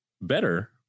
better